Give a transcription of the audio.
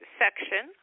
section